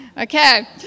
Okay